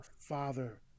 father